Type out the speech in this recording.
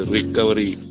Recovery